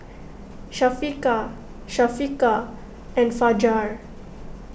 Syafiqah Syafiqah and Fajar